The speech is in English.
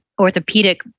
orthopedic